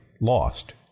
lost